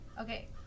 Okay